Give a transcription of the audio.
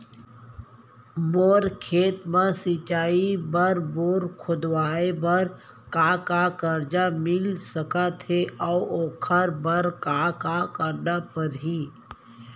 मोर खेत म सिंचाई बर बोर खोदवाये बर का का करजा मिलिस सकत हे अऊ ओखर बर का का करना परही?